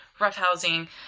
roughhousing